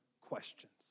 questions